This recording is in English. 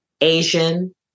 Asian